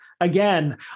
again